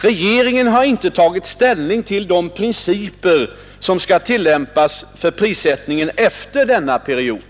Regeringen har inte tagit ställning till de principer som skall tillämpas för prissättningen efter denna period.